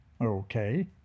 Okay